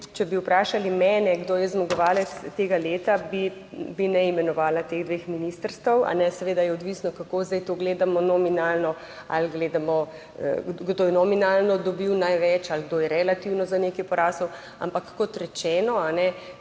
Če bi vprašali mene kdo je zmagovalec tega leta bi ne imenovala teh dveh ministrstev, seveda je odvisno, kako zdaj to gledamo nominalno, ali gledamo kdo je nominalno dobil največ ali kdo je relativno za nekaj porasel? Ampak kot rečeno, vedno